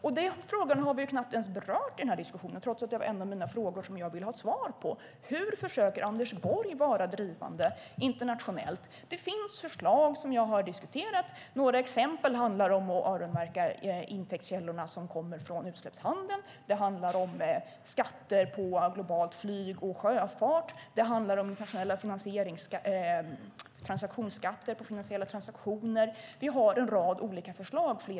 Denna fråga har vi knappt ens berört i diskussionen trots att det var en av de frågor som jag ville ha svar på. Hur försöker Anders Borg vara drivande internationellt? Det finns förslag som jag har diskuterat. Några exempel handlar om att öronmärka intäktskällorna som kommer från utsläppshandeln. Det handlar om skatter på globalt flyg och sjöfart. Det handlar om internationella skatter på finansiella transaktioner. Vi har en rad olika förslag utöver dessa.